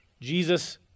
Jesus